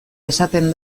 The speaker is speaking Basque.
esaten